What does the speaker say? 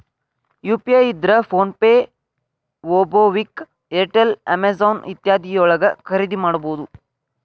UPI ಇದ್ರ PhonePe MobiKwik Airtel Amazon ಇತ್ಯಾದಿ ಯೊಳಗ ಖರಿದಿಮಾಡಬಹುದು